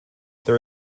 there